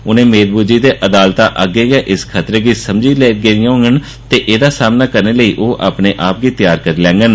उनें मेद बुज्जी जे अदालतां अग्गें गै इस खतरे गी समझी गेदिआं होनियां न ते एह्दा सामना करने लेई ओह् अपने आप गी तैयार करी लैंडन